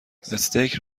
استیک